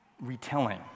retelling